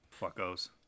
fuckos